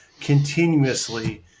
continuously